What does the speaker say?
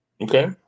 Okay